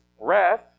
breath